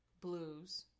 blues